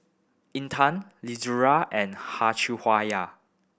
Intan Izara and